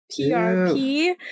PRP